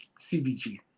CBG